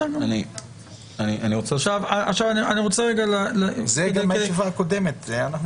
זה היה בפעם הקודמת.